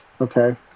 Okay